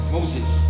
Moses